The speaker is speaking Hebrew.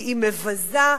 היא מבזה,